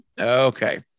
Okay